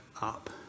up